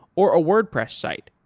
or a wordpress site,